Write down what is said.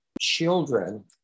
children